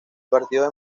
partido